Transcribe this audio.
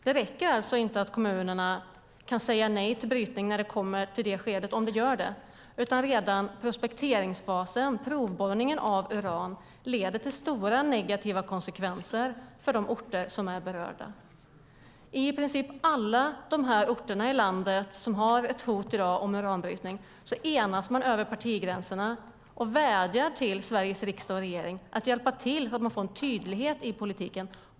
Det räcker alltså inte att kommunerna kan säga nej till brytning när det kommer till detta skede, om det gör det, utan redan prospekteringsfasen och provborrning efter uran leder till stora negativa konsekvenser för de orter som är berörda. I princip i alla dessa orter i landet som i dag har ett hot om uranbrytning enas man över partigränserna och vädjar till Sveriges riksdag och regering att hjälpa till så att det blir en tydlighet i politiken.